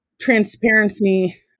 transparency